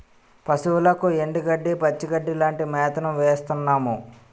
పశువులకు ఎండుగడ్డి, పచ్చిగడ్డీ లాంటి మేతను వేస్తున్నాము